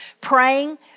praying